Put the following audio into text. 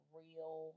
real